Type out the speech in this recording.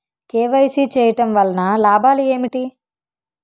KYC చేయటం వలన లాభాలు ఏమిటి?